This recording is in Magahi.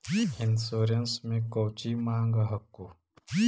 इंश्योरेंस मे कौची माँग हको?